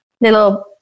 little